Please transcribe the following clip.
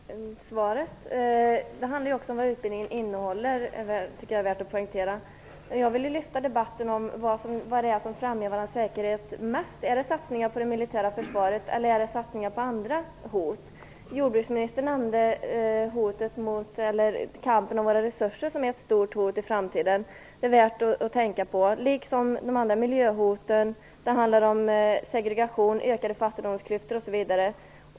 Herr talman! Jag tackar för svaret. Det handlar ju också om vad utbildningen innehåller. Det tycker jag är värt att poängtera. Jag vill lyfta debatten om vad som främjar vår säkerhet mest - är det satsningar på det militära försvaret eller är det satsningar som riktas mot andra hot? Jordbruksministern nämnde kampen mot våra resurser som ett stort hot i framtiden. Det är värt att tänka på, liksom de andra miljöhoten. Det handlar om segregation, ökade fattigdomsklyftor osv.